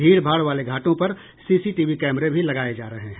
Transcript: भीड़ भाड़ वाले घाटों पर सीसीटीवी कैमरे भी लगाये जा रहे हैं